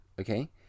okay